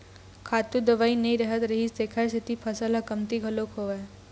खातू दवई नइ रहत रिहिस तेखर सेती फसल ह कमती घलोक होवय